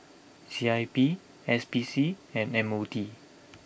C I P S P C and M O T